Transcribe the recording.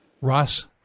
Ross